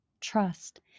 trust